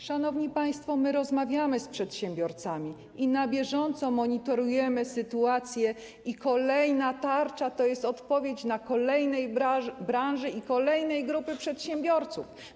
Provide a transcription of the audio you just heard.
Szanowni państwo, my rozmawiamy z przedsiębiorcami, na bieżąco monitorujemy sytuację i kolejna tarcza to jest odpowiedź na oczekiwania kolejnej branży i kolejnej grupy przedsiębiorców.